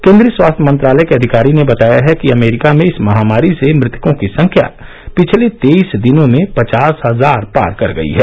केन्द्रीय स्वास्थ्य मंत्रालय के अधिकारी ने बताया है कि अमेरिका में इस महामारी से मृतकों की से से से से पिछले तेईस दिनों में पचास हजार पार कर गयी है